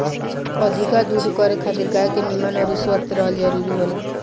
अधिका दूध करे खातिर गाय के निमन अउरी स्वस्थ रहल जरुरी होला